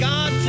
God